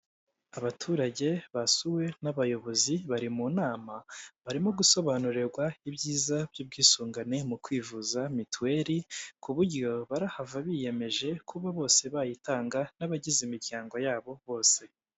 Abaturage basuwe n'abayobozi bari mu nama barimo gusobanurirwa ibyiza by'ubwisungane mu kwivuza mituweli ku buryo barahava biyemeje kuba bose bayitanga n'abagize imiryango yabo bose.